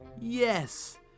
yes